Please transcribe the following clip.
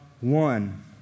one